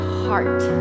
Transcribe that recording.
heart